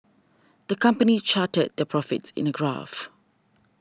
the company charted their profits in a graph